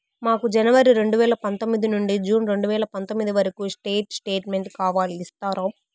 మాకు జనవరి రెండు వేల పందొమ్మిది నుండి జూన్ రెండు వేల పందొమ్మిది వరకు స్టేట్ స్టేట్మెంట్ కావాలి ఇస్తారా